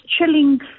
chilling